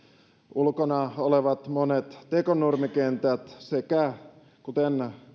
ulkona olevat monet tekonurmikentät sekä kuten